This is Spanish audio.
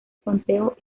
conteo